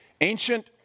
ancient